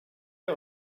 ihr